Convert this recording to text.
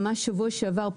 ממש בשבוע שעבר,